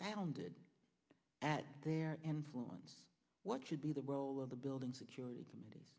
sounded at their influence what should be the role of the building security committee